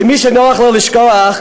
למי שנוח לו לשכוח,